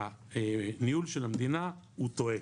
הניהול של המדינה הוא טועה.